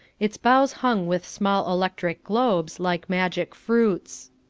its boughs hung with small electric globes like magic fruits.